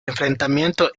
enfrentamiento